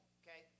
okay